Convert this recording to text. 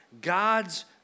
God's